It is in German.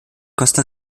costa